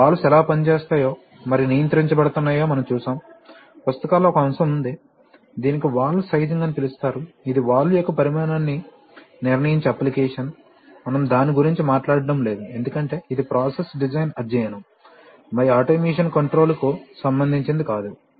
మరియు వాల్వ్స్ ఎలా పనిచేస్తాయి మరియు నియంత్రించబడుతున్నాయో మనం చూశాము పుస్తకాలలో ఒక అంశం ఉంది దీనిని వాల్వ్ సైజింగ్ అని పిలుస్తారు ఇది వాల్వ్ యొక్క పరిమాణాన్ని నిర్ణయించే అప్లికేషన్ మనం దాని గురించి మాట్లాడటం లేదు ఎందుకంటే ఇది ప్రాసెస్ డిజైన్ అధ్యయనం మరియు ఆటోమేషన్ కంట్రోల్ కు సంబంధించినది కాదు